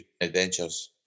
adventures